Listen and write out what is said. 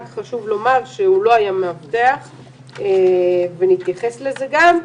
רק חשוב לומר שהוא לא היה מאבטח ונתייחס לזה גם.